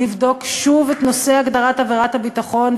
לבדוק שוב את נושא הגדרת עבירת הביטחון,